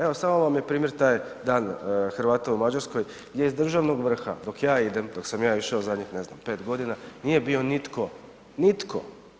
Evo samo vam je primjer taj Dan Hrvata u Mađarskoj gdje iz državnog vrha dok ja idem, dok sam ja išao zadnjih ne znam 5 godina nije bio nitko, nitko.